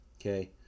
Okay